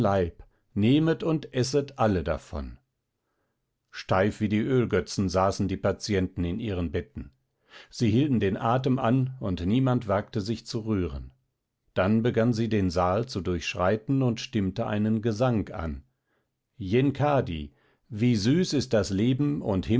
nehmet und esset alle davon steif wie die ölgötzen saßen die patienten in ihren betten sie hielten den atem an und niemand wagte sich zu rühren dann begann sie den saal zu durchschreiten und stimmte einen gesang an yenkadi wie süß ist das leben und